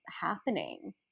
happening